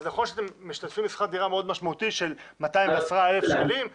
אז נכון שאתם משתתפים בשכר דירה מאוד משמעותי של 210,000 שקלים,